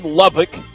lubbock